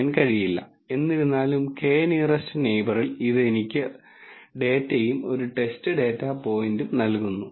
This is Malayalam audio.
xn വരെ നമുക്ക് പറയാം ഇത് ലീനിയർ അൽജിബ്രയിലും മറ്റും ബൈനറി ക്ലാസിഫിക്കേഷൻ പ്രോബ്ളങ്ങളിൽ നമ്മൾ കണ്ട ഒരു കാര്യമാണ് നിങ്ങൾക്ക് ഒരു കൂട്ടം ഡാറ്റയുണ്ടെന്ന് നിങ്ങൾ പറയുന്നു